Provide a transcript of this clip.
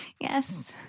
Yes